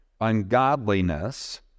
ungodliness